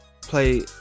play